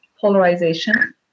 polarization